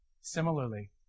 Similarly